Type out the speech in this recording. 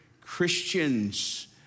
Christians